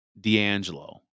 D'Angelo